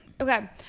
Okay